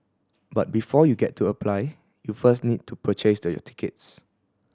but before you get to apply you first need to purchased your tickets